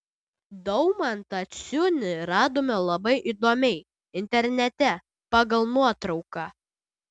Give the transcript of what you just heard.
daumantą ciunį radome labai įdomiai internete pagal nuotrauką